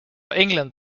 england